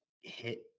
hit